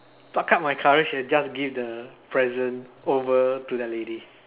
pluck up my courage and just give the present over to that lady